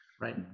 Right